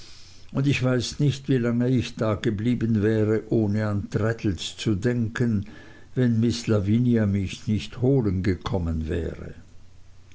und ich weiß nicht wie lange ich dageblieben wäre ohne an traddles zu denken wenn miß lavinia mich nicht holen gekommen wäre